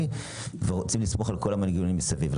ורוצים לסמוך על כל המנגנונים מסביב.